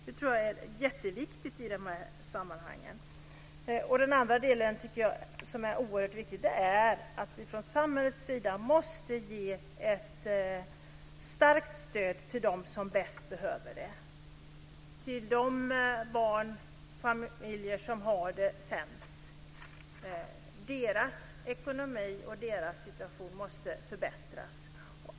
Det tror jag är jätteviktigt i de här sammanhangen. Den andra delen som är oerhört viktig är att vi från samhällets sida måste ge ett starkt stöd till dem som bäst behöver det, till de barnfamiljer som har det sämst. Deras ekonomi och deras situation måste förbättras.